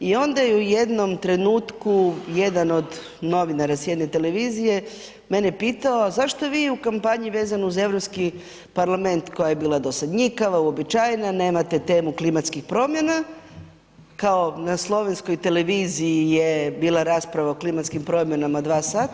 I onda je u jednom trenutku jedan od novinara s jedne televizije mene pitao a zašto vi u kampanji vezano uz EU parlament koja je bila dosadnjikava, uobičajena nemate temu klimatskih promjena, kao na slovenskoj televiziji je bila rasprava o klimatskim promjenama 2 sata.